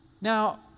Now